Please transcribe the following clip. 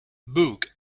book